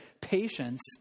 patience